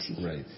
Right